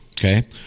okay